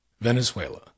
Venezuela